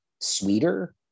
sweeter